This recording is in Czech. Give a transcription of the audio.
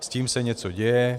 S tím se něco děje.